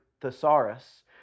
thesaurus